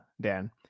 Dan